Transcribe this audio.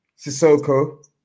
Sissoko